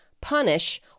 punish